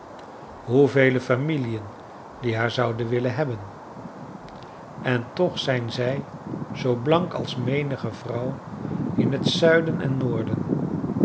hoevele familiën die haar zouden willen hebben en toch zijn zij zoo blank als menige vrouw in het zuiden en noorden